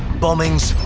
bombings